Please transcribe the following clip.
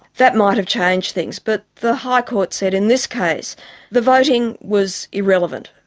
that might have changed things, but the high court said in this case the voting was irrelevant.